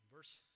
verse